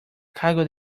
cargo